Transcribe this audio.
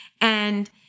And-